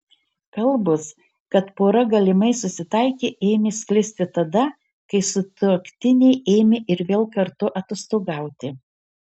kalbos kad pora galimai susitaikė ėmė sklisti tada kai sutuoktiniai ėmė ir vėl kartu atostogauti